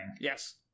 Yes